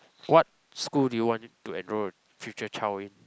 what school do you want to enroll your future child in